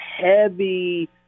heavy